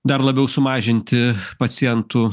dar labiau sumažinti pacientų